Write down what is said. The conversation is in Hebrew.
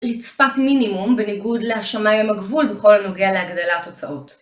רצפת מינימום בניגוד לשמיים הם הגבול בכל הנוגע להגדלת תוצאות.